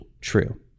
true